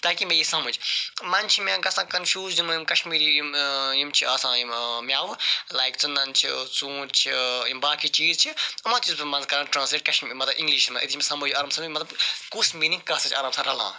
تاکہ مےٚ یی سمجھ مَنٛزٕ چھِ مےٚ گَژھان کَنفیوٗز یِم یِم کَشمیٖری یِم یِم چھِ آسان یِم مٮ۪وٕ لایک ژٕنَن چھِ ژوٗنٛٹھۍ چھِ یِم باقٕے چیٖز چھِ یِمَن تہٕ چھُس بہٕ مَنزٕ کران ٹرٛانٕسلیٹ کَشمیٖری مَطلَب اِنٛگلِشَس مَنٛز أتی چھِ مےٚ سمجھ آرام سان مَطلَب کُس میٖنِنٛگ کَتھ سۭتۍ چھِ آرام سان رَلان